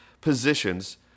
positions